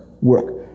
work